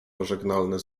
pożegnalne